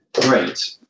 great